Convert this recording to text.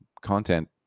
content